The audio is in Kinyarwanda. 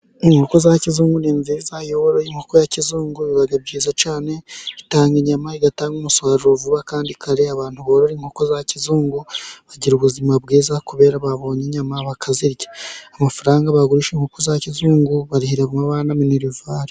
Inkoko za kizungu ni nziza, iyo woroye inkoko ya kizungu biba byiza cyane. Itanga inyama, igatanga umusaruro vuba kandi kare. Abantu borora inkoko za kizungu bagira ubuzima bwiza, kubera babonye inyama bakazirya. Amafaranga bagurishije mu nkoko za kizungu, barihiramo abana minerivari.